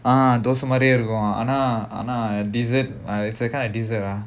ah dosa மாதிரியே இருக்கும் ஆனா ஆனா:maadhiriyae irukkum aanaa aanaa dessert dessert uh it's a kind of dessert ah